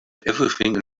everything